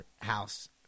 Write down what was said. house